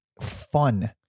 fun